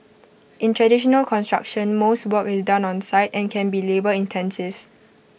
in traditional construction most work is done on site and can be labour intensive